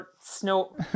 snow